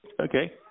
Okay